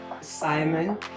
Simon